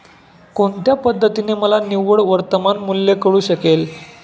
कोणत्या पद्धतीने मला निव्वळ वर्तमान मूल्य कळू शकेल?